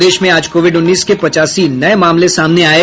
प्रदेश में आज कोविड उन्नीस के पचासी नये मामले सामने आये